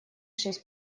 шесть